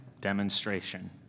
demonstration